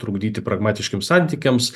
trukdyti pragmatiškiem santykiams